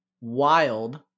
Wild